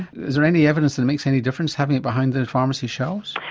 is there any evidence that makes any difference having it behind the and pharmacy shelves?